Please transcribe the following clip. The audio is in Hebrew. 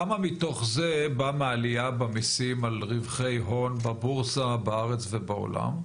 כמה מתוך זה בא מעליה במיסים על רווחי הון בבורסה בארץ ובעולם?